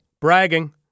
Bragging